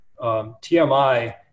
TMI